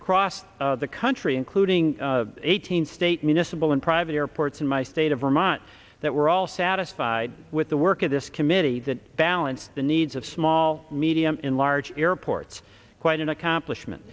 across the country including eight hundred state municipal and private airports in my state of vermont that we're all satisfied with the work of this committee that balance the needs of small medium in large airports quite an accomplishment